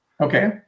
Okay